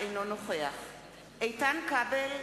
אינו נוכח איתן כבל,